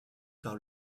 par